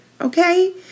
Okay